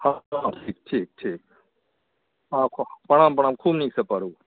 ठीक ठीक प्रणाम प्रणाम खूब नीकसँ पढू